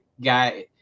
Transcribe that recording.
guy